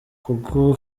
kuko